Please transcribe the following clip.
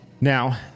Now